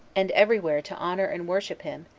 and every where to honor and worship him,